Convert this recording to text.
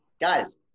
Guys